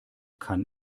kann